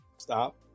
Stop